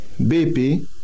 BP